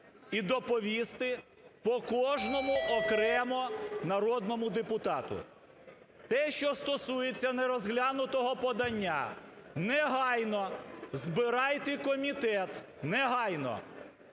і доповісти по кожному окремо народному депутату? Те, що стосується нерозглянутого подання. Негайно збирайте комітет. Негайно.